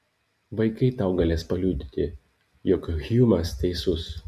vaikai tau galės paliudyti jog hjumas teisus